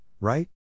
right